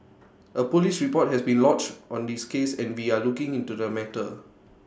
A Police report has been lodged on this case and we are looking into the matter